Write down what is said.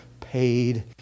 paid